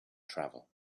travel